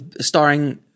starring